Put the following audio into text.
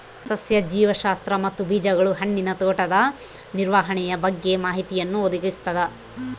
ಸಸ್ಯ ಜೀವಶಾಸ್ತ್ರ ಮತ್ತು ಬೀಜಗಳು ಹಣ್ಣಿನ ತೋಟದ ನಿರ್ವಹಣೆಯ ಬಗ್ಗೆ ಮಾಹಿತಿಯನ್ನು ಒದಗಿಸ್ತದ